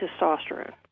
testosterone